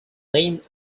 named